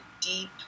deep